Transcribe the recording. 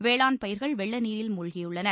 வேளாண் பயிர்கள் வெள்ள நீரில் மூழ்கியுள்ளன